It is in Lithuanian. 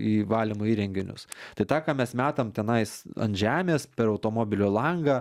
į valymo įrenginius tai tą ką mes metam tenais ant žemės per automobilio langą